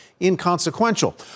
inconsequential